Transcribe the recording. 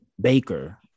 Baker